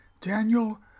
Daniel